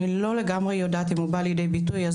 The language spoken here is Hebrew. אני לא לגמרי יודעת אם הוא בא לידי ביטוי,